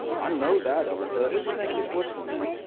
i know that, ella said. who's he think he's whistling at?